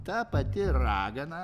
ta pati ragana